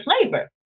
flavor